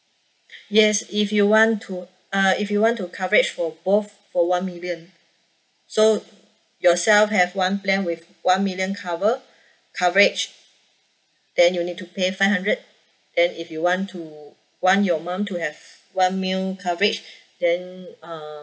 yes if you want to uh if you want to coverage for both for one million so yourself have one plan with one million cover coverage then you need to pay five hundred then if you want to want your mum to have one mill coverage then uh